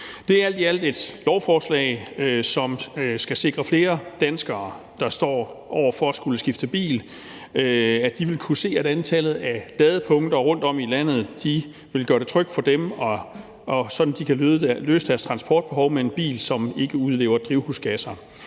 Det er alt i alt et lovforslag, som skal sikre, at flere danskere, der står over for at skulle skifte bil, vil kunne se, at antallet af ladepunkter rundtom i landet vil gøre det trygt for dem, så de kan løse deres transportbehov med en bil, som ikke udleder drivhusgasser.